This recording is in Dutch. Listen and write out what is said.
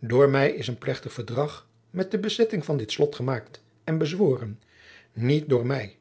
door mij is een plechtig verdrag met de bezetting van dit slot gemaakt en bezworen niet door mij